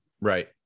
Right